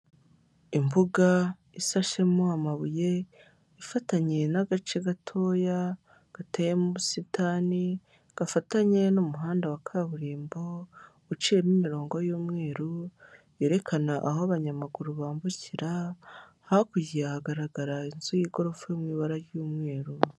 Imbuga isashemo amabuye, ifatanye n'agace gatoya gateyemo ubusitani, gafatanye n'umuhanda wa kaburimbo, uciyemo imirongo y'umweru yerekana aho abanyamaguru bambukira. Hakurya hagaragara inzu y'igorofa iri mu ibara ry'umweru.